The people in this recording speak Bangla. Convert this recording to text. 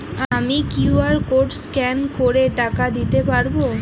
আমি কিউ.আর কোড স্ক্যান করে টাকা দিতে পারবো?